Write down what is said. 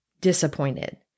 disappointed